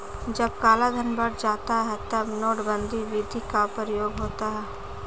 जब कालाधन बढ़ जाता है तब नोटबंदी विधि का प्रयोग होता है